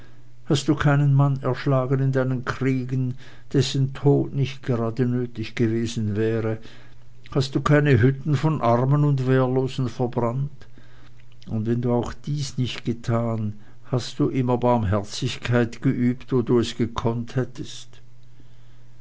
hast du keinen mann erschlagen in deinen kriegen dessen tod nicht gerade nötig gewesen wäre hast du keine hütten von armen und wehrlosen verbrannt und wenn du auch dies nicht getan hast du immer barmherzigkeit geübt wo du es gekonnt hättest